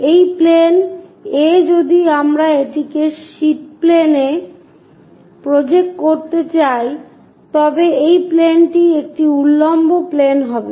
এই plane A যদি আমরা এটিকে একটি শীট প্লেনে প্রজেক্ট করতে যাই তবে এই প্লেনটি একটি উল্লম্ব প্লেন হবে